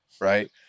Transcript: right